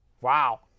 Wow